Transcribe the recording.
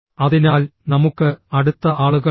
അതിനാൽ നമുക്ക് അടുത്ത ആളുകളുണ്ട്